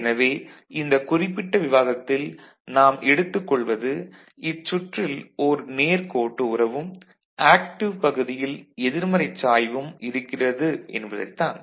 எனவே இந்த குறிப்பிட்ட விவாதத்தில் நாம் எடுத்துக் கொள்வது இச்சுற்றில் ஒரு நேர்க்கோட்டு உறவும் ஆக்டிவ் பகுதியில் எதிர்மறை சாய்வும் இருக்கிறது என்பதைத் தான்